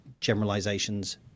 generalizations